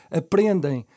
aprendem